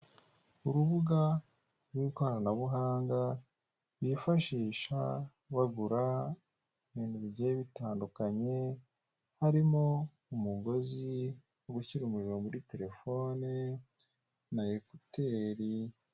Urubuga rw'ikoranabuhanga rwifashisha kwagura ibintu bitandukanye harimo umugozi wo gushyira umuriro muri terefone na ekuteri.